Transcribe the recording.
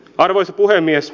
arvoisa puhemies